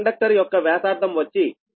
conductor యొక్క వ్యాసార్థం వచ్చి 0